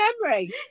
memory